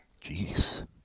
jeez